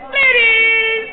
ladies